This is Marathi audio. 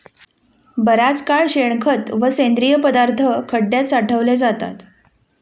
बराच काळ शेणखत व सेंद्रिय पदार्थ खड्यात साठवले जातात